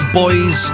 boys